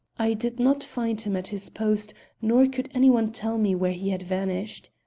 i did not find him at his post nor could any one tell me where he had vanished.